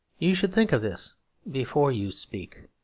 you should think of this before you speak.